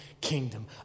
kingdom